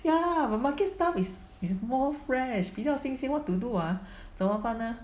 ya but market stuff is is more fresh 比较新鲜 what to do ah 怎么办呢